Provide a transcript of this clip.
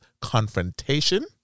confrontation